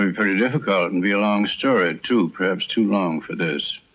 um pretty difficult and be a long story too. perhaps too long for this.